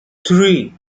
three